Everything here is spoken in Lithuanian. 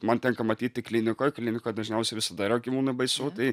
man tenka matyti klinikoj klinikoj dažniausiai visada yra gyvūnui baisu tai